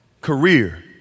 career